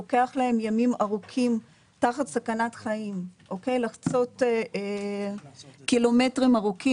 לוקח להם ימים ארוכים תחת סכנת חיים לחצות קילומטרים ארוכים.